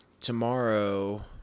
Tomorrow